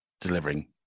delivering